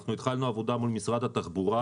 אנחנו התחלנו עבודה מול משרד התחבורה